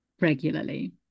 regularly